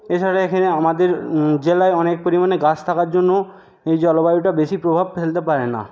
এছাড়া এখানে আমাদের জেলায় অনেক পরিমাণে গাছ থাকার জন্য জলবায়ুটা বেশি প্রভাব ফেলতে পারে না